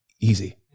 easy